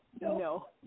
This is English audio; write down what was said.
No